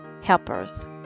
helpers